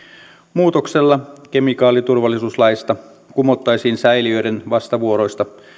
muutoksella kemikaaliturvallisuuslaista kumottaisiin säiliöiden vastavuoroista